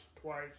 twice